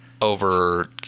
Over